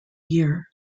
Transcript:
year